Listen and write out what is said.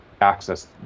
access